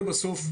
ובסוף,